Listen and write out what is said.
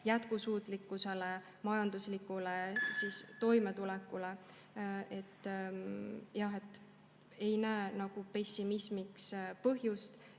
jätkusuutlikkusele, majanduslikule toimetulekule. Ma ei näe pessimismiks põhjust.